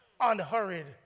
unhurried